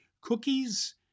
cookies